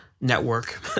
network